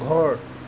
ঘৰ